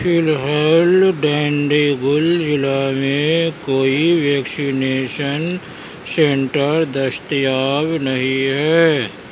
فی الحال ڈنڈیگل ضلع میں کوئی ویکسینیشن سینٹر دستیاب نہیں ہے